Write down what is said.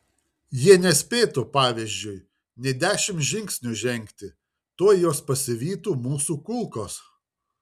jie nespėtų pavyzdžiui nė dešimt žingsnių žengti tuoj juos pasivytų mūsų kulkos